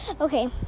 Okay